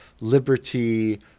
liberty